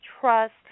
trust